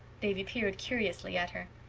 davy peered curiously at her.